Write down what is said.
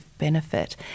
benefit